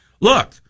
look